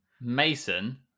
Mason